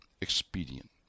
expedient